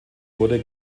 wurde